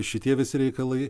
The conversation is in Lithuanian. šitie visi reikalai